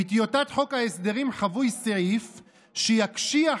בטיוטת חוק ההסדרים חבוי סעיף שיקשיח